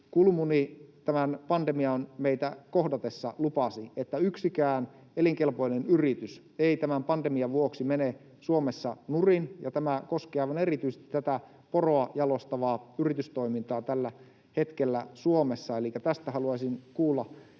Kulmuni tämän pandemian meitä kohdatessa lupasi, että yksikään elinkelpoinen yritys ei tämän pandemian vuoksi mene Suomessa nurin, ja tämä koskee aivan erityisesti tätä poroa jalostavaa yritystoimintaa tällä hetkellä Suomessa. Elikkä tästä haluaisin kuulla